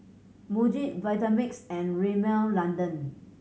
Muji Vitamix and Rimmel London